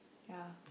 ya